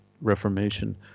Reformation